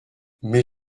mais